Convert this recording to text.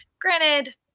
Granted